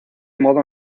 modo